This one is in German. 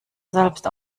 selbst